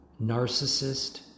narcissist